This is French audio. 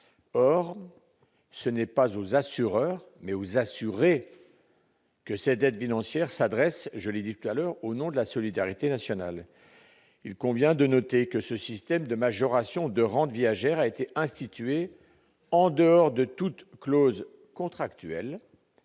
or ce n'est pas aux assureurs mais aux assurés. Que c'est d'être financière s'adresse, je l'ai dit, à l'heure au nom de la solidarité nationale, il convient de noter que ce système de majoration de rente viagère a été instituée en dehors de toute clause contractuelle